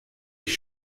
ich